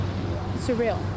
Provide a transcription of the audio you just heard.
surreal